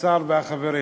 השר והחברים,